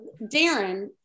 Darren